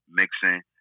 mixing